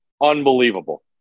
Unbelievable